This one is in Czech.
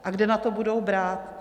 A kde na to budou brát?